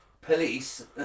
police